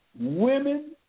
women